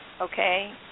okay